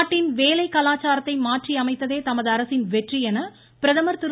நாட்டின் வேலை கலாச்சாரத்தை மாற்றி அமைத்ததே தமது அரசின் வெற்றி என பிரதமர் திரு